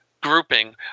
grouping